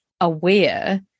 aware